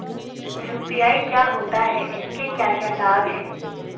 UPI क्या होता है इसके क्या क्या लाभ हैं?